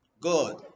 Good